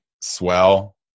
swell